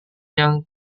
yang